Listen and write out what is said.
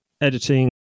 editing